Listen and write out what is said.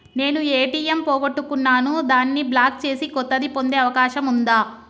నేను ఏ.టి.ఎం పోగొట్టుకున్నాను దాన్ని బ్లాక్ చేసి కొత్తది పొందే అవకాశం ఉందా?